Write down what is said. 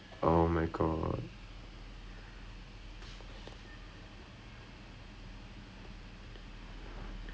is it done இப்போ:ippo like the current assignment வந்து என்னன்னா:vanthu enannaa they just give me one rare random circuit ஒன்னு கொடுத்துட்டு:onnu koduthuttu